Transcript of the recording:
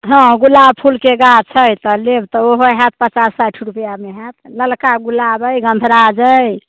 हँ गुलाब फुलके गाछ छै तऽ लेब तऽ ओहो होयत पचास साठि रुपैआमे होयत ललका गुलाब अइ गन्धराज अइ